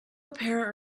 apparent